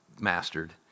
mastered